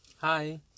Hi